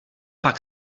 pak